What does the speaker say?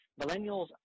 millennials